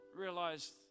realized